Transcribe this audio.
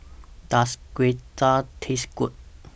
Does Gyoza Taste Good